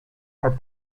are